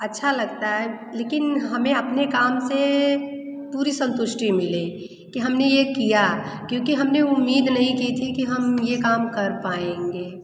अच्छा लगता है लेकिन हमें अपने काम से पूरी संतुष्टि मिली कि हम ने ये किया क्योंकि हम ने उम्मीद नहीं की थी कि हम ये काम कर पाएंगे